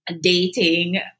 dating